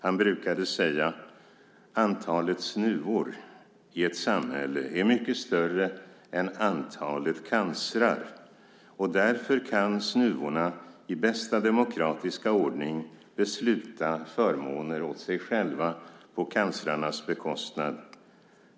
Han brukade säga: Antalet snuvor i ett samhälle är mycket större än antalet cancrar och därför kan snuvorna i bästa demokratiska ordning besluta förmåner åt sig själva på cancrarnas bekostnad. Herr talman!